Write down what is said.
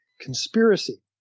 conspiracy